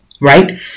Right